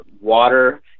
water